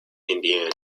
indiana